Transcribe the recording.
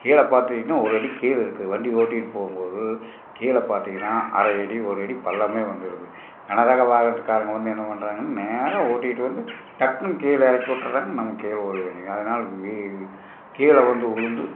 கீழே பார்த்துக்கிட்டிங்கன்னா ஒரு அடி கீழே இருக்குது வண்டி ஓடிட்டு போகும் போது கீழே பார்த்தீங்கன்னா அரை அடி ஒரு அடி பள்ளமே வந்துடுது கனரக வாகனத்துக்காரங்க வந்து என்ன பண்ணுறாங்கன்னா நேர ஓட்டிகிட்டு வந்து டக்குன்னு கீழே இறக்கி விட்டுட்றாங்க நம்ம கீழே விழுக வேண்டியது அதனால் வி கீழே வந்து விழுந்து